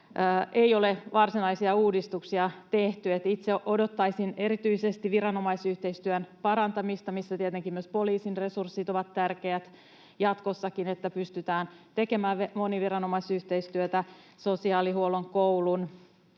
ei ole varsinaisia uudistuksia tehty. Itse odottaisin erityisesti viranomaisyhteistyön parantamista jatkossakin, missä tietenkin myös poliisin resurssit ovat tärkeät, niin että pystytään tekemään moniviranomaisyhteistyötä sosiaalihuollon, koulun,